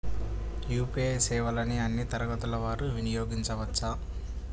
UPI సేవలని అన్నీ తరగతుల వారు వినయోగించుకోవచ్చా?